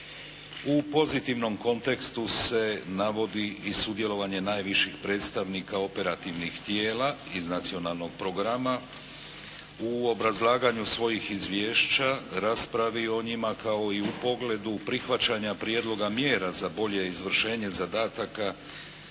U pozitivnom kontekstu se navodi i sudjelovanje najviših predstavnika operativnih tijela iz nacionalnog programa. U obrazlaganju svojih izvješća, raspravi o njima, kao i u pogledu prihvaćanja prijedloga mjera za bolje izvršenje zadataka